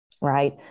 right